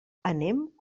anem